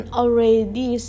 already